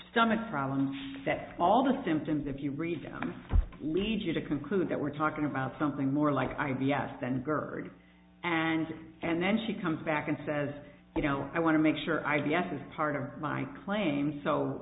stomach problems that all the symptoms if you read them lead you to conclude that we're talking about something more like i b s then gerd and and then she comes back and says you know i want to make sure i d s is part of my claim so